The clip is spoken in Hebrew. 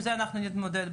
עם זה אנחנו נתמודד.